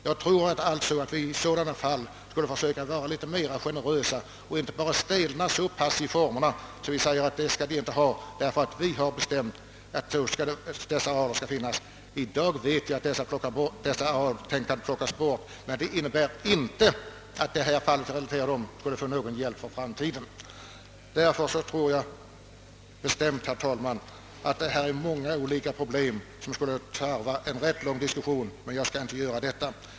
Jag tror att vi i sådana fall borde försöka vara litet mer generösa och inte så stela i formerna att vi säger att så och så många arealer skall det finnas om vi skall kunna ge statlig lånegaranti, och så skall det vara därför att så har vi bestämt. I dag vet vi att detta arealtänkande håller på att plockas bort, men det innebär inte att man i det fall som jag relaterade i framtiden kan få någon hjälp. Det finns säkert, herr talman, många olika problem som tarvar en ganska lång diskussion, men jag skall inte dra upp en sådan.